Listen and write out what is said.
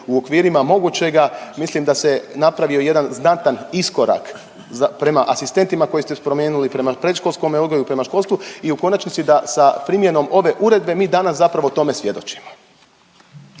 u okvirima mogućega mislim da se napravio jedan znatan iskorak prema asistentima koje ste spomenuli, prema predškolskome odgoju, prema školstvu i u konačnici da sa primjenom ove uredbe mi danas zapravo tome svjedočimo.